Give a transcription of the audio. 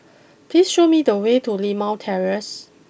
please show me the way to Limau Terrace